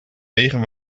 wegen